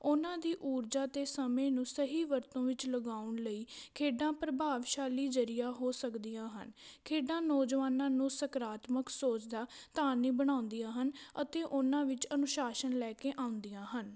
ਉਹਨਾਂ ਦੀ ਊਰਜਾ ਅਤੇ ਸਮੇਂ ਨੂੰ ਸਹੀ ਵਰਤੋਂ ਵਿੱਚ ਲਗਾਉਣ ਲਈ ਖੇਡਾਂ ਪ੍ਰਭਾਵਸ਼ਾਲੀ ਜ਼ਰੀਆ ਹੋ ਸਕਦੀਆਂ ਹਨ ਖੇਡਾਂ ਨੌਜਵਾਨਾਂ ਨੂੰ ਸਾਕਾਰਾਤਮਕ ਸੋਚ ਦਾ ਧਾਰਨੀ ਬਣਾਉਂਦੀਆਂ ਹਨ ਅਤੇ ਉਹਨਾਂ ਵਿੱਚ ਅਨੁਸ਼ਾਸਨ ਲੈ ਕੇ ਆਉਂਦੀਆਂ ਹਨ